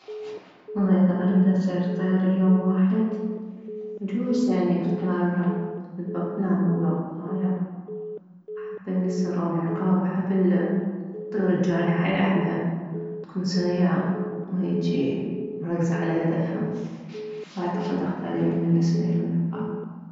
والله اذا اريد اصير طير ليوم واحد يجوز يعني اختار البغبغاء لا مو البغبغاء لا احب النسر او العقاب احب الطيور الجارحة حيل احبها تكون سريعة وهيجي مركزة على هدفها فاعتقد اختار يا اما النسر يا اما العقاب